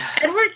Edward